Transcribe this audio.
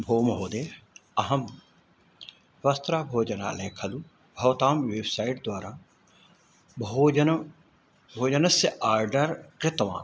भोः महोदयः अहं वस्त्राभोजनालयं खलु भवतां वेब्सैट् द्वारा भोजनं भोजनस्य आर्डर् कृतवान्